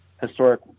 Historic